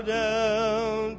down